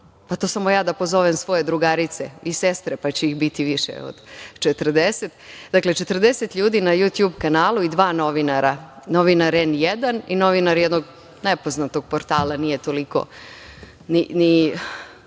Pa, samo ja da pozovem svoje drugarice i sestre, pa će ih biti više od 40. Dakle, 40 ljudi na Jutjub kanalu i dva novinara, novinar N1 i novinar jednog nepoznatog portala, nije toliko ni